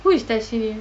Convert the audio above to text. who is tashini